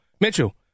Mitchell